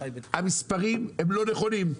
המספרים הם לא נכונים.